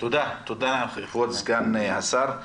תודה לכבוד סגן השר.